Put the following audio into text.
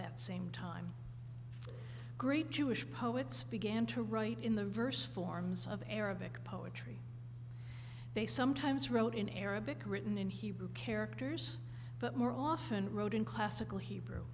that same time great jewish poets began to write in the verse forms of arabic poetry they sometimes wrote in arabic written in hebrew characters but more often wrote in classical hebrew